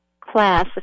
class